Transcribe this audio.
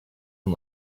and